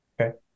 okay